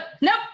nope